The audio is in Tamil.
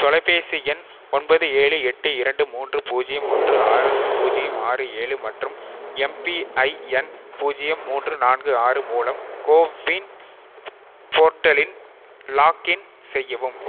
தொலைபேசி எண் ஒன்பது ஏழு எட்டு இரண்டு மூன்று பூஜ்ஜியம் ஓன்று ஆறு பூஜ்ஜியம் ஆறு ஏழு மற்றும் எம்பிஐஎன் பூஜ்ஜியம் மூன்று நான்கு ஆறு மூலம் கோவின் போர்ட்டலில் லாக்இன் செய்யவும்